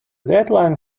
deadline